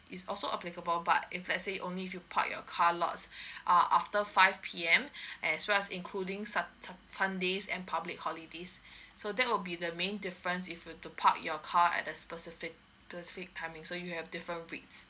it's also applicable but if let's say only if you park your car lots err after five P_M as well as including sat~ sat~ sundays and public holidays so that would be the main difference if you to park your car at the specific specific timing so you have different rates